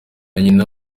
nyina